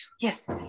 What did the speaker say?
Yes